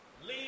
Leave